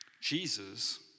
Jesus